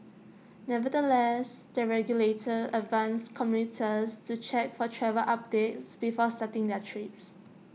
nevertheless the regulator advised commuters to check for travel updates before starting their trips